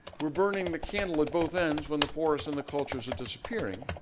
we're burning the candle at both ends when the forests and the cultures are disappearing.